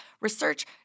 research